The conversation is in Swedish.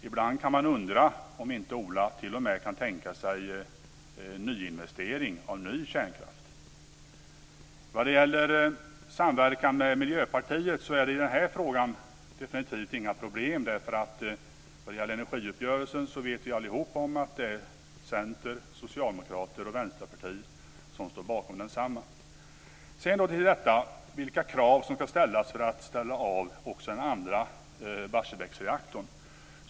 Ibland kan man undra om inte Ola Karlsson t.o.m. kan tänka sig investeringar i ny kärnkraft. Vad gäller samverkan med Miljöpartiet är det i den här frågan definitivt inga problem. I fråga om energiuppgörelsen vet vi allihop att det är center, socialdemokrater och vänsterparti som står bakom. Sedan till detta med vilka krav som ska ställas för att ställa av också den andra Barsebäcksreaktorn.